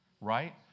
right